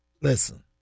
Listen